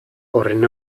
horren